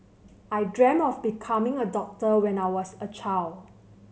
I dreamt of becoming a doctor when I was a child